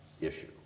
issue